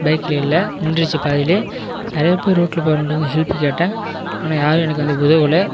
பைக்கில் இல்லை நின்றுடுச்சு பாதிலேயே நிறைய பேர் ரோட்டில் போகிறவங்கக்கிட்ட வந்து ஹெல்ப் கேட்டேன் ஆனால் யாரும் எனக்கு வந்து உதவல